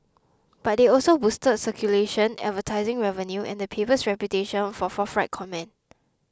but they also boosted circulation advertising revenue and the paper's reputation for forthright comment